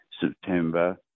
September